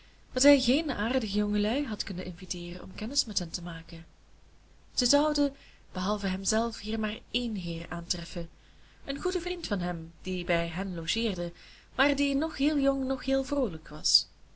dat hij geen aardige jongelui had kunnen inviteeren om kennis met hen te maken ze zouden behalve hemzelf hier maar één heer aantreffen een goeden vriend van hem die bij hen logeerde maar die noch heel jong noch heel vroolijk was